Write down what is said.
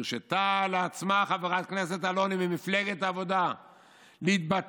הרשתה לעצמה חברת הכנסת אלוני ממפלגת העבודה להתבטא,